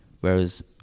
Whereas